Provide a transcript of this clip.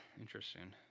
Interesting